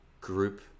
group